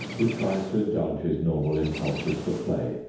who tries to indulge his normal impulses for play,